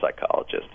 psychologist